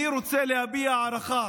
אני רוצה להביע הערכה